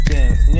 Games